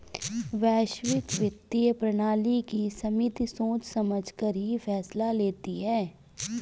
वैश्विक वित्तीय प्रणाली की समिति सोच समझकर ही फैसला लेती है